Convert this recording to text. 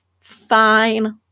fine